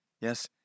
Yes